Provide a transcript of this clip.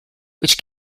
which